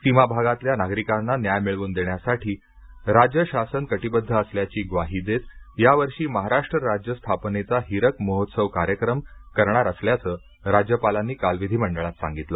सीमा भागातल्या नागरिकांना न्याय मिळवून देण्यासाठी राज्यशासन कटिबद्ध असल्याची ग्वाही देत यावर्षी महाराष्ट्र राज्य स्थापनेचा हिरक महोत्सव कार्यक्रम करणार असल्याचं राज्यपालांनी काल विधिमंडळात सांगितलं